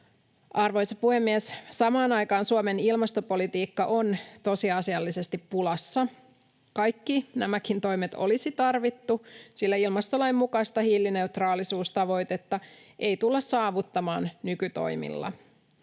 Arvoisa puhemies! Samaan aikaan Suomen ilmastopolitiikka on tosiasiallisesti pulassa. Kaikki nämäkin toimet olisi tarvittu, sillä ilmastolain mukaista hiilineutraalisuustavoitetta ei tulla saavuttamaan nykytoimilla.